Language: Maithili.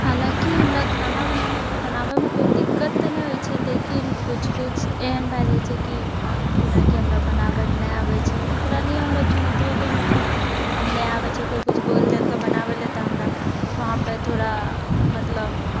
हलाँकि हमरा खाना बनाना बनाबयमऽ कोइ दिक्कत तऽ नहि होइत छै लेकिन कुछ कुछ एहन भै जाइत छै कि जेनाकि हमरा बनाबयलऽ नहि आबैत छै ओकरा लिअ हमरा चुनौतियोके मतलब आब नहि आबैत छै कोइ कुछ बोलि दलकय बनाबयलऽ तऽ हमरा वहाँ पर थोड़ा मतलब